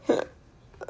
err